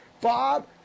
Bob